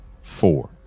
four